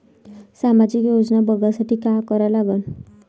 सामाजिक योजना बघासाठी का करा लागन?